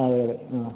അതെ അതെ ആ